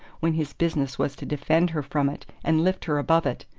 when his business was to defend her from it and lift her above it?